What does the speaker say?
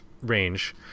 range